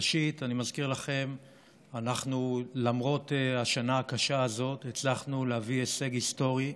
ראשית אני מזכיר לכם שלמרות השנה הקשה הזאת הצלחנו להביא הישג היסטורי: